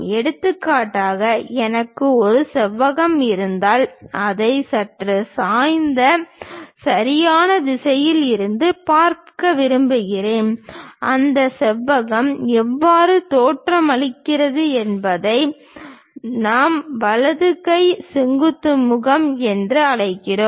எடுத்துக்காட்டாக எனக்கு ஒரு செவ்வகம் இருந்தால் அதை சற்று சாய்ந்த சரியான திசையில் இருந்து பார்க்க விரும்புகிறேன் அந்த செவ்வகம் எவ்வாறு தோற்றமளிக்கிறது என்பதை நாம் வலது கை செங்குத்து முகம் என்று அழைக்கிறோம்